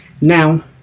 Now